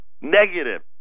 Negative